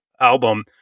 album